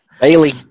Bailey